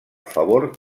favor